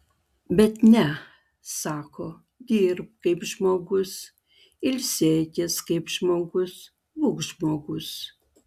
bet ne sako dirbk kaip žmogus ilsėkis kaip žmogus būk žmogus